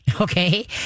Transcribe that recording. Okay